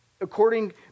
According